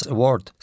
Award